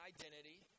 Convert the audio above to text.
identity